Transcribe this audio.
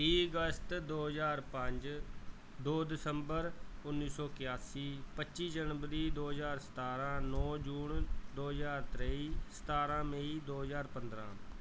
ਤੀਹ ਅਗਸਤ ਦੋ ਹਜ਼ਾਰ ਪੰਜ ਦੋ ਦਸੰਬਰ ਉੱਨੀ ਸੌ ਇਕਾਸੀ ਪੱਚੀ ਜਨਵਰੀ ਦੋ ਹਜ਼ਾਰ ਸਤਾਰਾਂ ਨੌ ਜੂਨ ਦੋ ਹਜ਼ਾਰ ਤੇਈ ਸਤਾਰਾਂ ਮਈ ਦੋ ਹਜ਼ਾਰ ਪੰਦਰਾਂ